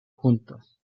juntos